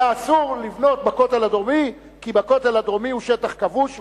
היה אסור לבנות בכותל הדרומי כי הוא שטח כבוש,